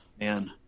Man